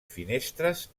finestres